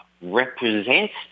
represents